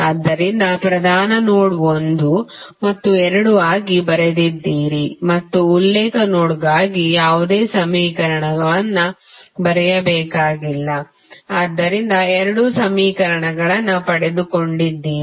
ಆದ್ದರಿಂದ ಪ್ರಧಾನ ನೋಡ್ ಒಂದು ಮತ್ತು ಎರಡು ಆಗಿ ಬರೆದಿದ್ದೀರಿ ಮತ್ತು ಉಲ್ಲೇಖ ನೋಡ್ಗಾಗಿ ಯಾವುದೇ ಸಮೀಕರಣವನ್ನು ಬರೆಯಬೇಕಾಗಿಲ್ಲ ಆದ್ದರಿಂದ ಎರಡು ಸಮೀಕರಣಗಳನ್ನು ಪಡೆದುಕೊಂಡಿದ್ದೀರಿ